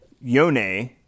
Yone